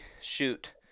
shoot